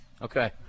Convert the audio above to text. Okay